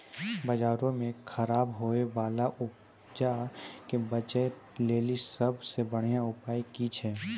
बजारो मे खराब होय बाला उपजा के बेचै लेली सभ से बढिया उपाय कि छै?